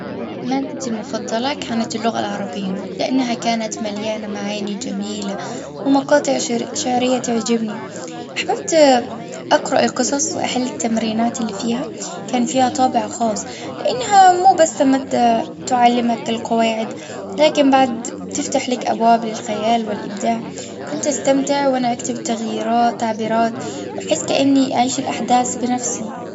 مادتي المفضلة كانت اللغة العربية. لأنها كانت مليانة معاني جميلة. ومقاطع شعورية-شعرية تعجبني. أحببت أقرأ القصص وأحل التمرينات اللي فيها. كان فيها طابع خاص. لأنها مو بس ماده تعلمك القواعد. لكن بعد تفتح لك أبواب للخيال والأبداع. كنت أستمتع وأنا أكتب تغييرات وتعبيرات وأحس كأني أعيش الأحداث بنفسي.